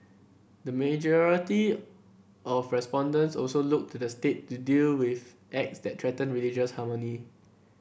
the majority of respondents also looked to the state to deal with acts that threaten religious harmony